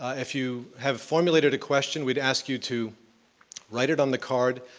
if you have formulated a question, we'd ask you to write it on the card,